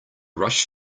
rush